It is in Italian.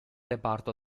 reparto